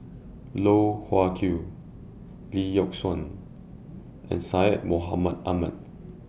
Loh Wai Kiew Lee Yock Suan and Syed Mohamed Ahmed